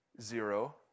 Zero